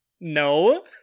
No